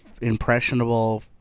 impressionable